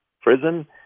prison